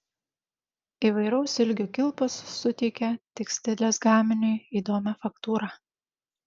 įvairaus ilgio kilpos suteikia tekstilės gaminiui įdomią faktūrą